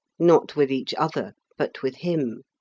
not with each other but with him.